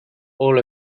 all